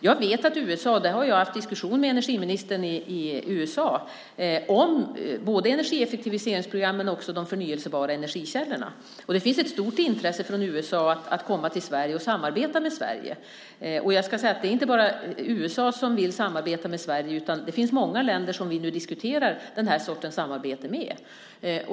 Jag har haft en diskussion med energiministern i USA om både energieffektiviseringsprogrammen och de förnybara energikällorna. Jag vet att det finns ett stort intresse från USA:s sida att komma till Sverige och att samarbeta med Sverige. Jag ska säga att det inte bara är USA som vill samarbeta med Sverige, utan det finns många länder som vi nu diskuterar den här sortens samarbete med.